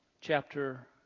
chapter